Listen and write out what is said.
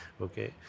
okay